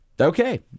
Okay